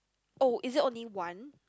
oh is it only one